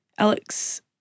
Alex